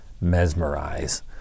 mesmerize